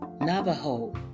Navajo